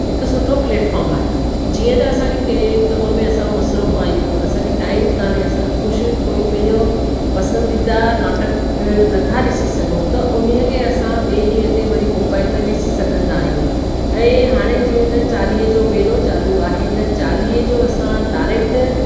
हिकु सुठो प्लेटफॉर्म आहे जीअं त असांखे केई कम में मसरूफ़ु आहियूं असांखे टाइम कान्हे असां कुझु कोई पंहिंजो पसंदीदा नाटक नथा ॾिसी सघूं त उन्हीअ खे असां ॿिए ॾींहं ते वरी मोबाइल में ॾिसी सघंदा आहियूं ऐं हाणे जीअं त चालीहें जो मेलो चालू आहे त चालीहे जो असां डाइरेक्ट